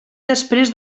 després